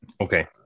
Okay